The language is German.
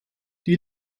die